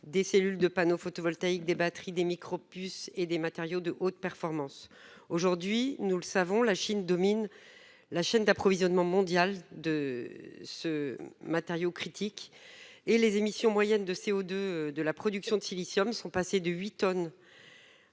des cellules de panneaux photovoltaïques des batteries, des micro-, puces et des matériaux de haute performance. Aujourd'hui, nous le savons, la Chine domine. La chaîne d'approvisionnement mondiale de ce matériau critique et les émissions moyennes de CO2 de la production de silicium sont passés de 8 tonnes.